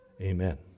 Amen